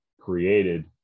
created